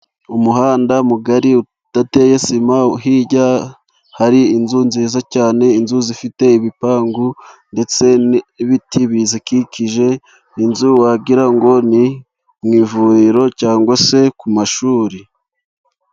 Umuhanda mugari udateye sima. Hirya hari inzu nziza cyane, inzu ifite ibipangu ndetse n'ibiti bikikije inzu. Wagira ngo ni mu ivuriro cyangwa se ku mashuri.